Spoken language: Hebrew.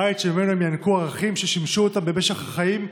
בית שממנו הם ינקו ערכים ששימשו אותם במשך החיים,